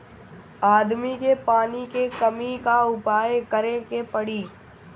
आदमी के पानी के कमी क उपाय करे के पड़ी